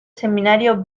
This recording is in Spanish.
semanario